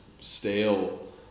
stale